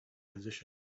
position